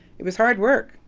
it was hard work,